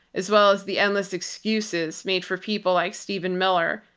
as well as the endless excuses made for people like steven miller,